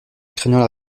craignant